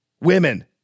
Women